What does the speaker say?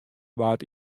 waard